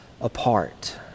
apart